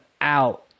out